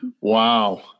Wow